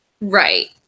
Right